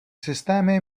systémy